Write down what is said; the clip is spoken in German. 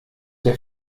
der